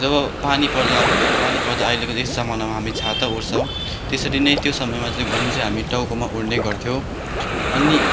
जब पानी पर्दा पानी पर्दा अहिलेको यस जमानाको हामी छाता ओड्छौँ तेसरी नै त्यो समयमा चै घुम चाहिँ हामी टाउकोमा ओड्ने गर्थ्यो अनि